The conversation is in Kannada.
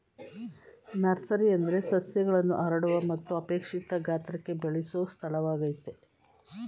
ನರ್ಸರಿ ಅಂದ್ರೆ ಸಸ್ಯಗಳನ್ನು ಹರಡುವ ಮತ್ತು ಅಪೇಕ್ಷಿತ ಗಾತ್ರಕ್ಕೆ ಬೆಳೆಸೊ ಸ್ಥಳವಾಗಯ್ತೆ